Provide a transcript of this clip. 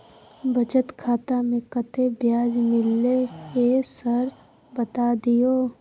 बचत खाता में कत्ते ब्याज मिलले ये सर बता दियो?